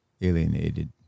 alienated